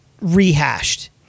rehashed